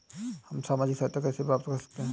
हम सामाजिक सहायता कैसे प्राप्त कर सकते हैं?